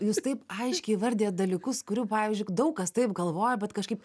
jūs taip aiškiai įvardijat dalykus kurių pavyzdžiui daug kas taip galvoja bet kažkaip